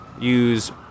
Use